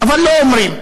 אבל לא אומרים.